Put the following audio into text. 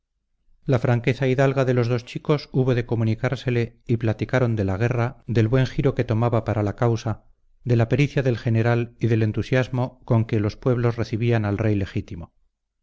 la franqueza hidalga de los dos chicos hubo de comunicársele y platicaron de la guerra del buen giro que tomaba para la causa de la pericia del general y del entusiasmo con que los pueblos recibían al rey legítimo